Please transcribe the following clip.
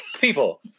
People